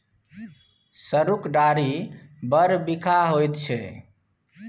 सरुक डारि बड़ बिखाह होइत छै